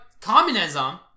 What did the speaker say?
communism